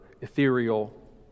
ethereal